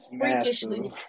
freakishly